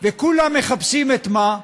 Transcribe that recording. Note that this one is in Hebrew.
וכולם מחפשים, את מה?